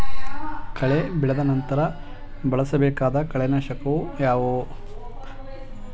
ಕಳೆ ಬೆಳೆದ ನಂತರ ಬಳಸಬೇಕಾದ ಕಳೆನಾಶಕಗಳು ಯಾವುವು?